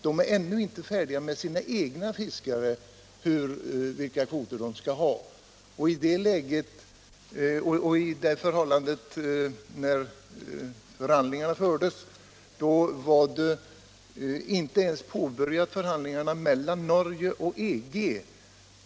De är alltså ännu inte färdiga med sina egna fiskare och vet inte vilka kvoter de skall ha. När Sverige och Norge förhandlade hade man inte ens påbörjat förhandlingarna mellan Norge och EG.